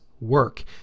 work